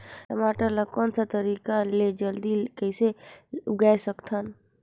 टमाटर ला कोन सा तरीका ले जल्दी कइसे उगाय सकथन?